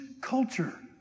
culture